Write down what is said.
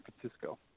Francisco